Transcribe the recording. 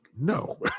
no